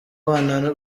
bana